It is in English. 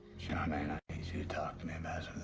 charmaine, i need you to talk to me